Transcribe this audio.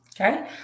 Okay